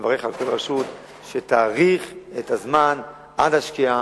ומברך על כל רשות שתאריך את הזמן עד השקיעה,